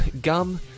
Gum